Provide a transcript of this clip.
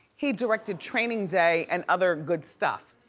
he directed training day and other good stuff.